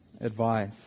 advice